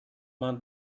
man